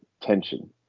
tension